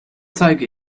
zeige